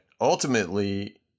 ultimately